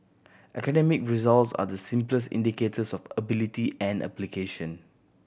academic results are the simplest indicators of ability and application